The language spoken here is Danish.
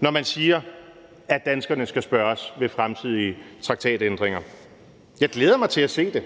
når man siger, at danskerne skal spørges ved fremtidige traktatændringer. Jeg glæder mig til at se det,